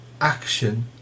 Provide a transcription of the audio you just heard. action